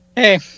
Hey